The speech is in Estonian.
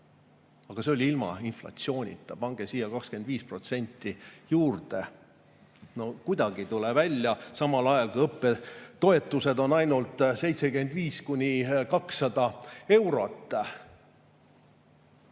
Aga see oli ilma inflatsioonita, pange sinna 25% juurde. No kuidagi ei tule välja. Samal ajal õppetoetused on ainult 75–200 eurot.